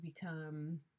become